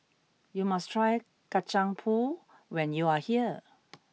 you must try Kacang Pool when you are here